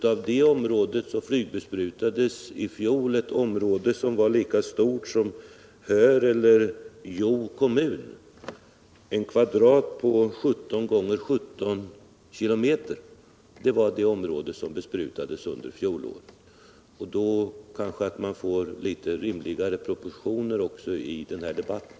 Av det området flygbesprutades i fjol ett område som var lika stort som Höör eller Hjo kommun, en kvadrat på 17 x 17 kilometer. Det var det område som besprutades under fjolåret. Med den jämförelsen kanske man får litet rimligare proportioner i den här debatten.